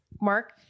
Mark